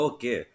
Okay